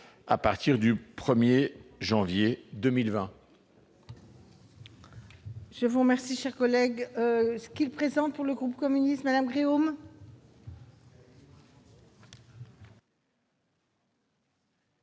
à partir du 1 janvier 2020.